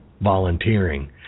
volunteering